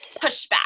pushback